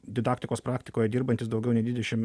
didaktikos praktikoj dirbantis daugiau nei dvidešim